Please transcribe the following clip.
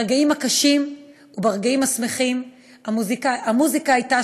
ברגעים הקשים וברגעים השמחים המוזיקה הייתה